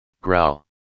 Growl